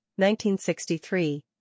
1963